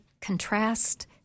contrast